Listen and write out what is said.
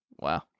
Wow